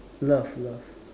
love love